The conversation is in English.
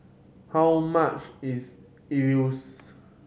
how much is Idili